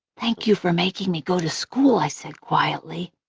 thank you for making me go to school, i said quietly.